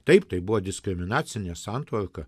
taip tai buvo diskriminacinė santvarka